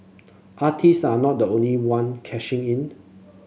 artists are not the only one cashing in